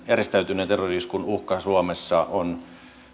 järjestäytyneen terrori iskun uhka suomessa on